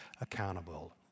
accountable